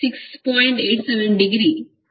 87° A ಆಗುತ್ತದೆ